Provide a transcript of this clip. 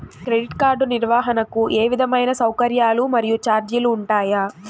Credit card నిర్వహణకు ఏ విధమైన సౌకర్యాలు మరియు చార్జీలు ఉంటాయా?